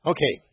Okay